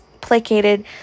placated